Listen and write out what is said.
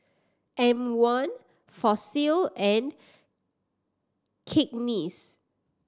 M One Fossil and Cakenis